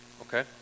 Okay